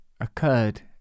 occurred